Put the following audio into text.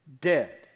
dead